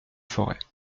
forêt